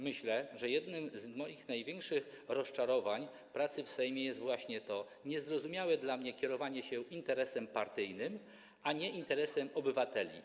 Myślę, że jednym z moich największych rozczarowań, jeśli chodzi o pracę w Sejmie, jest właśnie to niezrozumiałe dla mnie kierowanie się interesem partyjnym, a nie interesem obywateli.